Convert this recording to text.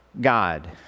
God